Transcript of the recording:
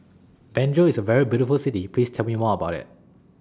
Banjul IS A very beautiful City Please Tell Me More about IT